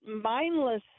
mindless